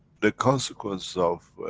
the consequences of.